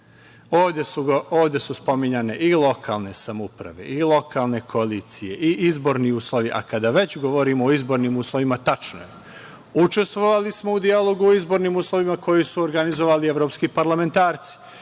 Ovde su spominjane i lokalne samouprave i lokalno koalicije i izborni uslovi. Kada već govorimo o izborima, tačno je, učestvovali smo u dijalogu o izbornim uslovima koju su organizovali evropski parlamentarci.